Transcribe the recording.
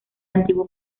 antiguo